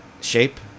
shape